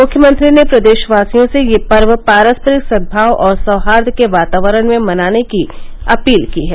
मुख्यमंत्री ने प्रदेशवासियों से यह पर्व पारस्परिक सदभाव और सौहार्द के वातावरण में मनाने की अपील की है